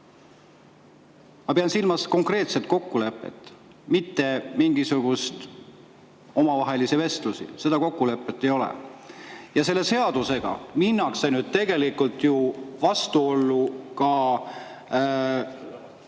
Ma pean silmas konkreetset kokkulepet, mitte mingisuguseid omavahelisi vestlusi. Seda kokkulepet ei ole. Ja selle seadusega minnakse tegelikult ju vastuollu ka